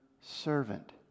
servant